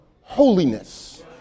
holiness